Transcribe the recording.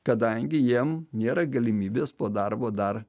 kadangi jiem nėra galimybės po darbo dar